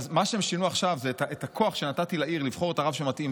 מה שהם שינו עכשיו זה שאת הכוח שנתתי לעיר לבחור את הרב שמתאים